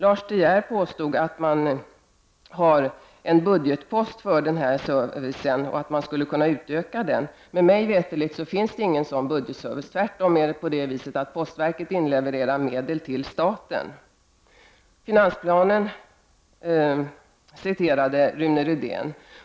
Lars De Geer påstod att man har en budgetpost för den här servicen och att man skulle kunna utöka den. Men mig veterligt finns det inte någonting sådant. Tvärtom är det på det sättet att postverket inlevererar medel till staten. Rune Rydén citerade finansplanen.